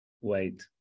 wait